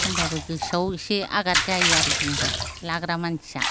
होनबाबो गोसोआव एसे आघात जायो आरो जोंहा लाग्रा मानसिया